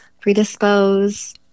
predispose